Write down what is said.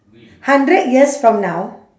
hundred years from now